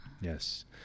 Yes